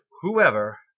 whoever